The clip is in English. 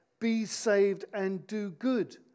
be-saved-and-do-good